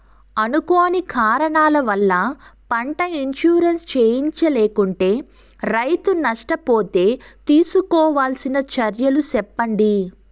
అనుకోని కారణాల వల్ల, పంట ఇన్సూరెన్సు చేయించలేకుంటే, రైతు నష్ట పోతే తీసుకోవాల్సిన చర్యలు సెప్పండి?